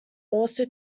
also